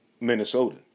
minnesota